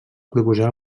proposar